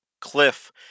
cliff